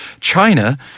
China